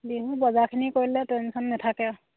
বিহু বজাৰখিনি কৰিলে টেনশ্যন নেথাকে আৰু